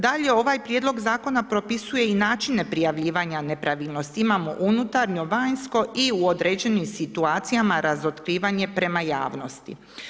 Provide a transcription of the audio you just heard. Dalje, ovaj prijedlog zakona propisuje i načine prijavljivanje nepravilnosti, imamo, unutarnje vanjsko i određenim situacijama razotkrivanje prema javnosti.